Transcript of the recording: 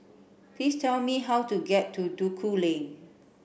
please tell me how to get to Duku Lane